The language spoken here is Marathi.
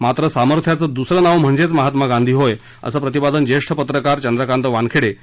मात्र सामर्थ्याचं दुसरं नाव म्हणजे महात्मा गांधी होय असं प्रतिपादन ज्येष्ठ पत्रकार चंद्रकांत वानखेडे यांनी केलं